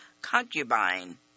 concubine